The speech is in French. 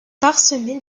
parsemée